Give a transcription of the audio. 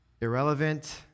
irrelevant